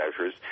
measures